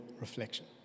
reflection